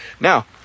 Now